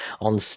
on